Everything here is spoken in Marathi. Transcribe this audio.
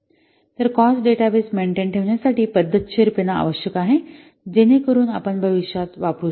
तर कॉस्ट डेटाबेस मेंटेन ठेवण्यासाठी पद्धतशीरपणा आवश्यक आहे जेणेकरून आपण भविष्यात वापरू शकाल